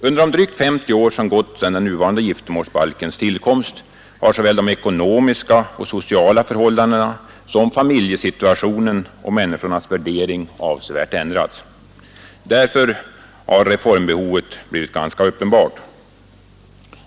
Under de drygt 50 år som gått sedan den nuvarande giftermålsbalkens tillkomst har såväl de ekonomiska och sociala förhållandena som familjesituationen och människornas värderingar ändrats avsevärt, varför reformbehovet blivit ganska uppenbart.